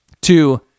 Two